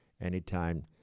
anytime